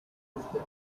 drifted